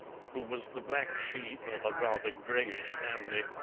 who was the black sheep of a rather greyish family,